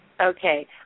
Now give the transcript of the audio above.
Okay